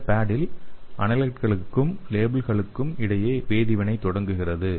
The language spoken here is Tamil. இந்த பேட் இல் அனலைட்களுக்கும் லேபில்களுக்கும் இடையே வேதிவினை தொடங்குகிறது